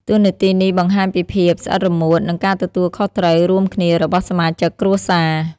តួនាទីនេះបង្ហាញពីភាពស្អិតរមួត និងការទទួលខុសត្រូវរួមគ្នារបស់សមាជិកគ្រួសារ។